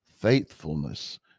faithfulness